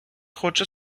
хоче